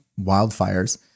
wildfires